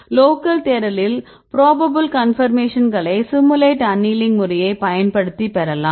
local தேடலில் probable கன்பர்மேஷன்களை simulated annealing முறையை பயன்படுத்தி பெறலாம்